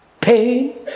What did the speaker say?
pain